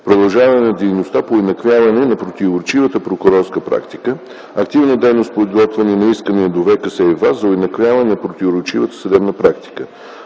продължаване на дейността по уеднаквяване на противоречивата прокурорска практика; активна дейност по изготвяне на искания до ВКС и ВАС за уеднаквяване на противоречивата съдебна практика;